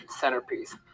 centerpiece